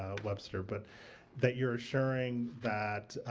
webster but that you're assuring that